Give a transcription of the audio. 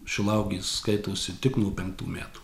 šilauogės skaitosi tik nuo penktų metų